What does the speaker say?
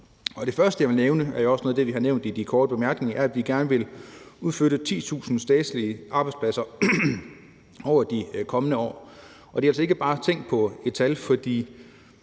de korte bemærkninger, nemlig at vi gerne vil udflytte 10.000 statslige arbejdspladser over de kommende år. Det er ikke bare et tænkt tal, for